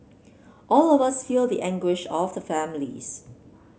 all of us feel the anguish of the families